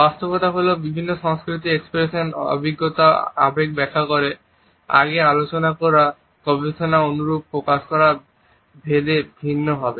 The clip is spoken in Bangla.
বাস্তবতা হল বিভিন্ন সংস্কৃতি এক্সপ্রেস অভিজ্ঞতা আবেগ ব্যাখ্যা করে আগে আলোচনা করা গবেষণার অনুরূপ আবেগের প্রকাশ দেশ ভেদে ভিন্ন হবে